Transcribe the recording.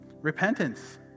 Repentance